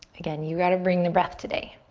again, you got to bring the breath today.